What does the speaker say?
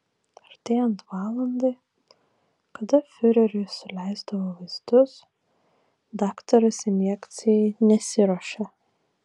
artėjant valandai kada fiureriui suleisdavo vaistus daktaras injekcijai nesiruošė